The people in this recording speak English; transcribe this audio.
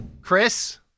Chris